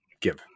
give